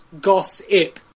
Gossip